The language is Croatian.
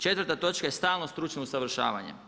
Četvrta točka je stalno stručno usavršavanje.